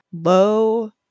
low